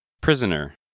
prisoner